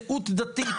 זהות דתית,